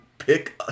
pick